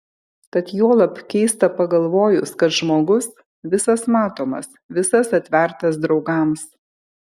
tad juolab keista pagalvojus kad žmogus visas matomas visas atvertas draugams